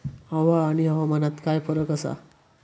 हवा आणि हवामानात काय फरक असा?